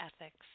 ethics